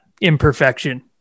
imperfection